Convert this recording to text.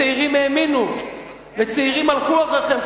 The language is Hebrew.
צעירים האמינו וצעירים הלכו אחריכם,